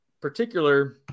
particular